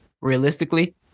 realistically